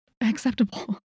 acceptable